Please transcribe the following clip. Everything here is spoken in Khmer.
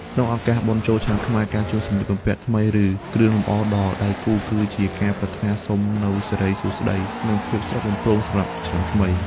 ក្នុងឱកាសបុណ្យចូលឆ្នាំខ្មែរ ការជូនសម្លៀកបំពាក់ថ្មី ឬគ្រឿងលម្អដល់ដៃគូ គឺជាការប្រាថ្នាសុំនូវសិរីសួស្ដី និងភាពស្រស់បំព្រងសម្រាប់ឆ្នាំថ្មី។